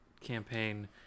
campaign